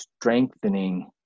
strengthening